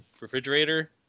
refrigerator